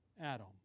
Adam